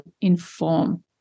inform